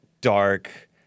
dark